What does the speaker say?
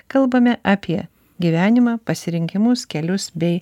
kalbame apie gyvenimą pasirinkimus kelius bei